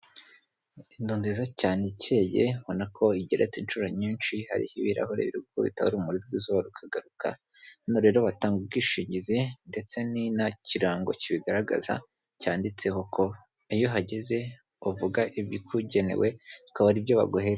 Inzu nziza cyane ikeye, ubona ko igeretse inshuro nyinshi, hariho ibirahure biri gukubitaho urumuri rw'izuba rukagaruka , hano rero batanga ubwishingizi ndetse ni ikirango kibigaragaza cyanditseho ko iyo uhagize uvuga ibikugenewe bikaba ari ibyo baguheza.